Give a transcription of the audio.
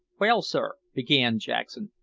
well, sir, began jackson,